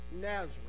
Nazareth